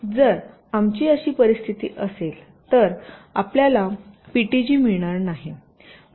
तर जर आमची अशी परिस्थिती असेल तर आपल्याला पीटीजी मिळणार नाही